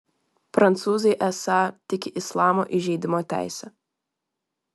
prancūzai esą tiki islamo įžeidimo teise